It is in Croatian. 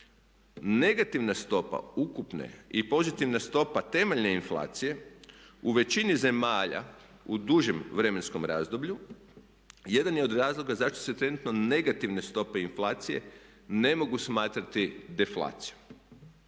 Negativna stopa ukupne i pozitivna stopa temeljne inflacije u većini zemalja u dužem vremenskom razdoblju jedan je od razloga zašto se trenutno negativne stope inflacije ne mogu smatrati deflacijom.